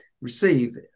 receive